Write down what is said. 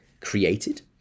created